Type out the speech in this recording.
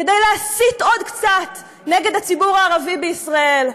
כדי להסית עוד קצת כנגד הציבור הערבי בישראל,